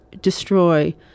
destroy